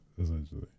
Essentially